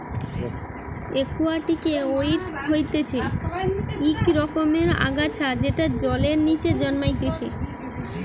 একুয়াটিকে ওয়িড হতিছে ইক রকমের আগাছা যেটা জলের নিচে জন্মাইতিছে